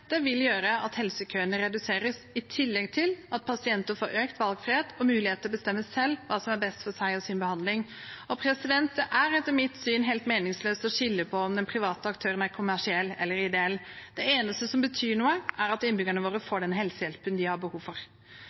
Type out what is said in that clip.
vil gjøre at helsekøene reduseres, i tillegg til at pasienter får økt valgfrihet og mulighet til å bestemme selv hva som er best for seg og sin behandling. Det er etter mitt syn helt meningsløst å skille på om den private aktøren er kommersiell eller ideell. Det eneste som betyr noe, er at innbyggerne våre får den helsehjelpen de har behov for.